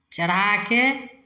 चढ़ा कऽ